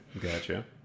Gotcha